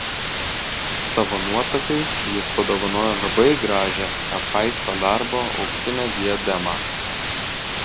savo nuotakai jis padovanojo labai gražią hefaisto darbo auksinę diademą